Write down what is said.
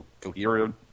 coherent